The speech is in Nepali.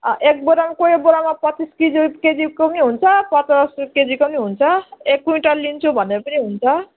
एक बोराको एक बोरामा पच्चिस केजिस् केजीको पनि हुन्छ पचास केजीको पनि हुन्छ एक क्विन्टल लिन्छु भने पनि हुन्छ